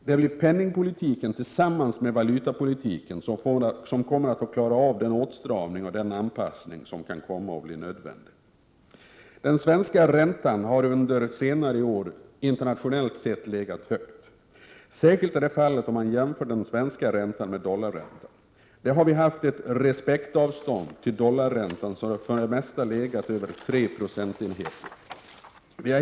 Det blir penningpolitiken tillsammans med valutapolitiken som kommer att få klara av den åtstramning och den anpassning som kan komma att bli nödvändig. Den svenska räntan har under senare år internationellt sett legat högt. Särskilt är detta fallet om man jämför den svenska räntan med dollarräntan. Där har vi haft ett ”respektavstånd” till dollarräntan som för det mesta legat över tre procentenheter.